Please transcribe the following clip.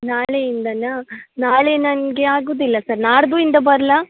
ನಾಳೆಯಿಂದನ ನಾಳೆ ನನಗೆ ಆಗೋದಿಲ್ಲ ಸರ್ ನಾಡ್ದುಯಿಂದ ಬರಲಾ